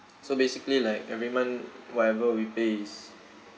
so basically like every month whatever we pay is